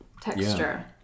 texture